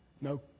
No